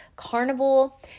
carnival